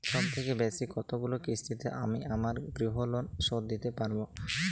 সবথেকে বেশী কতগুলো কিস্তিতে আমি আমার গৃহলোন শোধ দিতে পারব?